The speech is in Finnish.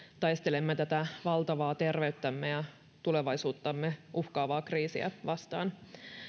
taistelemme tätä valtavaa terveyttämme ja tulevaisuuttamme uhkaavaa kriisiä vastaan